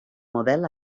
model